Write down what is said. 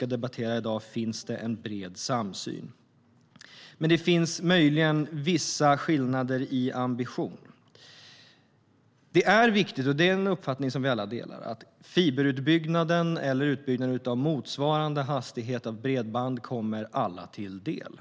vi debatterar i dag finns det en bred samsyn, men det finns möjligen vissa skillnader i ambition. Vi delar alla uppfattningen att det är viktigt att fiberutbyggnaden eller utbyggnaden av motsvarande hastighet av bredband kommer alla till del.